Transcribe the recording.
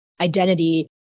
identity